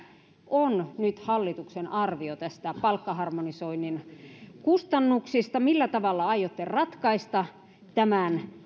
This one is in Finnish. on nyt hallituksen arvio palkkaharmonisoinnin kustannuksista millä tavalla aiotte ratkaista tämän